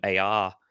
AR